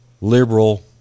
liberal